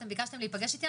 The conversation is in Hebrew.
אתם ביקשתם להיפגש איתי,